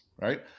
right